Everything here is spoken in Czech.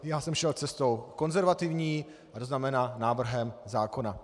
Já jsem šel cestou konzervativní, tzn. návrhem zákona.